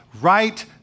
Right